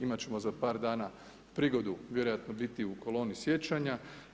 Imati ćemo za par dana prigodu vjerojatno biti u koloni sjećanja.